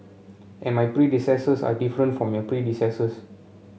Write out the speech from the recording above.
and my predecessors are different from your predecessors